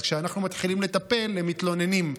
אז כשאנחנו מתחילים לטפל הם מתלוננים.